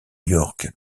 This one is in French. york